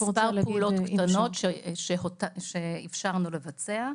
יש מספר פעולות קטנות שאפשרנו לבצע.